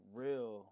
real